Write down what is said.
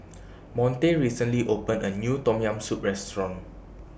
Monte recently opened A New Tom Yam Soup Restaurant